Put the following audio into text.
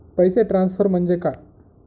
पैसे ट्रान्सफर म्हणजे काय?